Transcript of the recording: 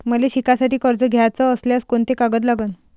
मले शिकासाठी कर्ज घ्याचं असल्यास कोंते कागद लागन?